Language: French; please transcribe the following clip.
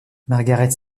margaret